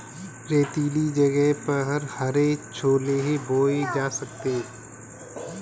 रेतीले जगह पर हरे छोले बोए जा सकते हैं